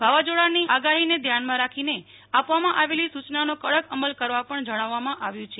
વાવાઝોડાની અગાહીને ધ્યાને રાખીને આપવામાં આવેલી સૂ યનનો કડક અમલ કરવા પણ જણાવવામાં આવ્યું છે